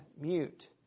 mute